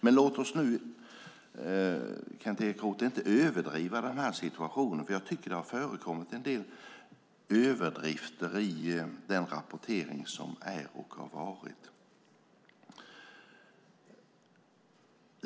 Kent Ekeroth, låt oss nu inte överdriva denna situation. Jag tycker att det har förekommit en del överdrifter i den rapportering som sker och har skett.